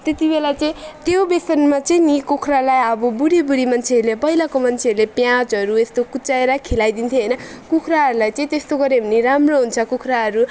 त्यति बेला चाहिँ त्यो देसानमा चाहिँ नि कुखुरालाई अब बुढी बुढी मान्छेहरूले पहिलाको मान्छेहरूले प्याजहरू यस्तो कुच्याएर खुवाइदिन्थे होइन कुखुराहरूलाई चाहिँ त्यस्तो गर्यो भने राम्रो हुन्छ कुखुराहरू